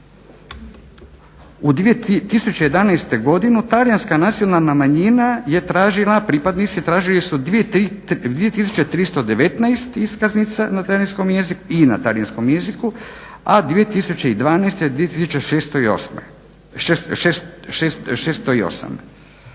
u 2011. godinu Talijanska nacionalna manjina je tražila, pripadnici tražili su 2319 iskaznica na talijanskom jeziku i na talijanskom jeziku,